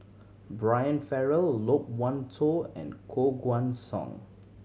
Brian Farrell Loke Wan Tho and Koh Guan Song